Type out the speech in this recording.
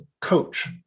coach